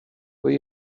will